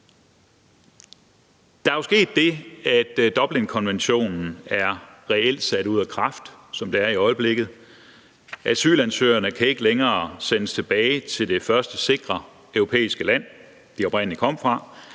Der er jo sket det, at Dublinforordningen reelt er sat ud af kraft, som det er i øjeblikket. Asylansøgerne kan ikke længere sendes tilbage til det første sikre europæiske land, som de oprindelig kom fra,